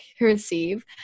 receive